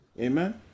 Amen